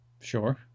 Sure